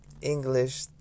English